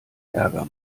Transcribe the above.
ärger